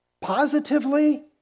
positively